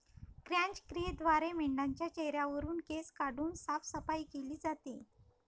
क्रॅच क्रियेद्वारे मेंढाच्या चेहऱ्यावरुन केस काढून साफसफाई केली जाते